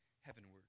heavenward